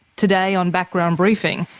today on background briefing,